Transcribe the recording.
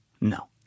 No